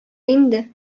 инде